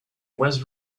west